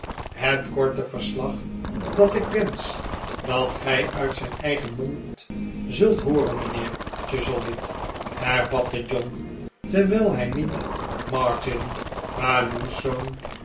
het korte verslag dat ik wensch dat gij uit zijn eigen mond zult hooren mijnheer chuzzlewit hervatte john terwijl hij niet martin maar